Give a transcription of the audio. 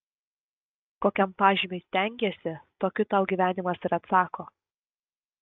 kokiam pažymiui stengiesi tokiu tau gyvenimas ir atsako